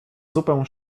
zupę